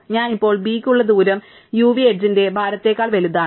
അതിനാൽ ഞാൻ ഇപ്പോൾ b യ്ക്കുള്ള ദൂരം uv എഡ്ജിന്റെ ഭാരത്തേക്കാൾ വലുതാണ്